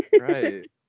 Right